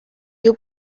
you